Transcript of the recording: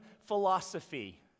philosophy